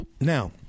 Now